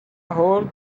whole